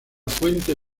fuente